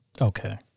Okay